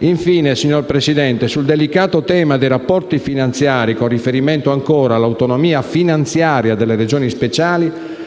Infine, signor Presidente, sul delicato tema dei rapporti finanziari, con riferimento ancora all'autonomia finanziaria delle Regioni speciali,